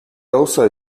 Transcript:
also